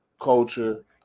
culture